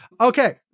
Okay